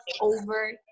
over